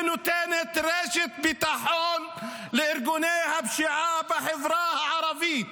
שנותנת רשת ביטחון לארגוני הפשיעה בחברה הערבית.